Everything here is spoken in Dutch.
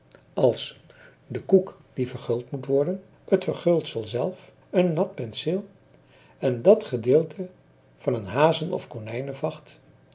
als de koek die verguld moet worden het verguldsel zelf een nat penseel en dat gedeelte van een hazenof